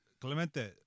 Clemente